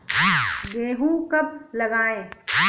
गेहूँ कब लगाएँ?